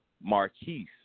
Marquise